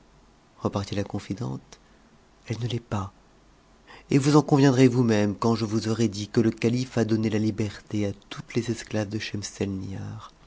repartit la confidente elle ne l'est pas et vous en con ndtcx vous nicmc quand je vous aurai dit que le calife a donne la hberté a toutes tes csctaves de